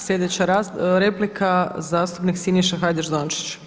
Sljedeća replika zastupnik Siniša Hajdaš Dončić.